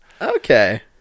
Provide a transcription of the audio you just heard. Okay